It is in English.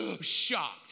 shocked